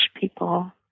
people